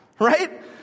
right